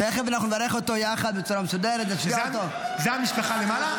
תכף אנחנו נברך אותו יחד בצורה מסודרת --- זו המשפחה למעלה?